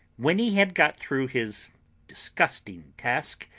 when he had got through his disgusting task,